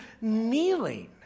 kneeling